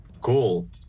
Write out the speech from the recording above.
cool